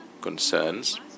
concerns